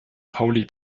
pauli